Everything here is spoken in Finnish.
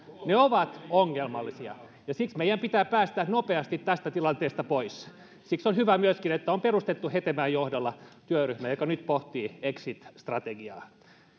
ovat ongelmallisia ja siksi meidän pitää päästä nopeasti tästä tilanteesta pois siksi on myöskin hyvä että on perustettu hetemäen johdolla työryhmä joka nyt pohtii exit strategiaa